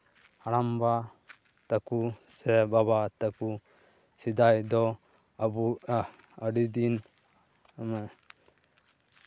ᱦᱟᱲᱟᱢᱵᱟ ᱛᱟᱠᱚ ᱥᱮ ᱵᱟᱵᱟ ᱛᱟᱠᱚ ᱥᱮᱫᱟᱭ ᱫᱚ ᱟᱵᱚ ᱟᱹᱰᱤ ᱫᱤᱱ ᱢᱟᱱᱮ